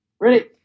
Ready